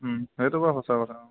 সেইটো বাৰু সঁচা কথা অঁ